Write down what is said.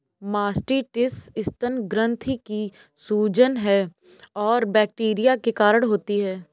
mastitis स्तन ग्रंथि की सूजन है और बैक्टीरिया के कारण होती है